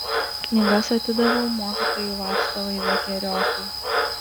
knygas atidaviau mokytojui vaclovui vekeriotui